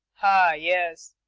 ah! yes.